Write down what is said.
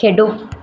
ਖੇਡੋ